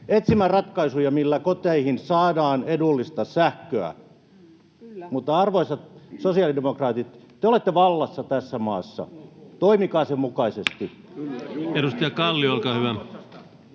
etsimään ratkaisuja, millä koteihin saadaan edullista sähköä. Mutta, arvoisat sosiaalidemokraatit, te olette vallassa tässä maassa, toimikaa sen mukaisesti.